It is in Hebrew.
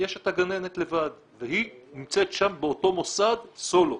יש את הגננת לבד והיא נמצאת שם באותו מוסד, סולו,